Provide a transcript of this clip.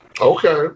Okay